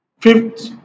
Fifth